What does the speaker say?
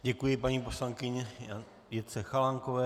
Děkuji paní poslankyni Jitce Chalánkové.